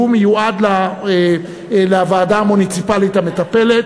שהוא מיועד לוועדה המוניציפלית המטפלת,